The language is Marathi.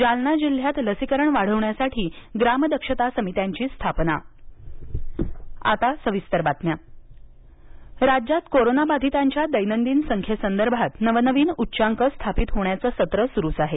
जालना जिल्ह्यात लसीकरण वाढवण्यासाठी ग्राम दक्षता समित्यांची स्थापना कोविड राज्य स्थिती राज्यात कोरोनाबाधितांच्या दैनंदिन संख्येसंदर्भात नवनवीन उच्चांक स्थापित होण्याचं सत्र सुरूच आहे